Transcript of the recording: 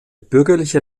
bürgerlicher